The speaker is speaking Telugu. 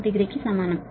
54 డిగ్రీ ల కు సమానం